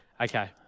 Okay